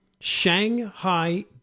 Shanghai